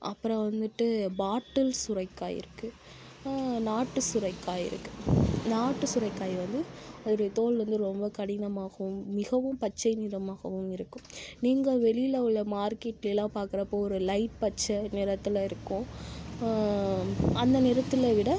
அப்புறம் வந்துட்டு பாட்டில் சுரைக்காய் இருக்கு நாட்டு சுரைக்காய் இருக்கு நாட்டு சுரைக்காய் வந்து ஒரு தோல் வந்து ரொம்ப கடினமாகவும் மிகவும் பச்சை நிறமாகவும் இருக்கும் நீங்கள் வெளியில் உள்ள மார்க்கெட்டில் எல்லாம் பாக்கிறப்ப ஒரு லைட் பச்சை நிறத்துல இருக்கும் அந்த நிறத்துல விட